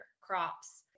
crops